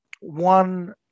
One